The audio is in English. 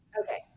Okay